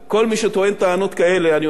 אני אומר לכם: תפסיקו עם הטענות האלה,